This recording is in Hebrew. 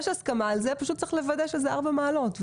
יש הסכמה על כך אלא שצריך לוודא שזה 4 מעלות.